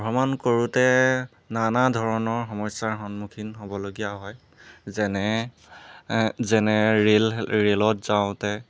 ভ্ৰমণ কৰোঁতে নানা ধৰণৰ সমস্যাৰ সন্মুখীন হ'বলগীয়া হয় যেনে যেনে ৰেল ৰেলত যাওঁতে